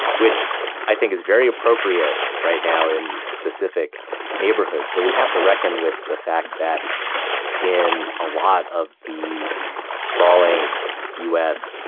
which i think is very appropriate right now in specific neighborhoods. but we have to reckon with the fact that in a lot of the sprawling us,